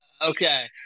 Okay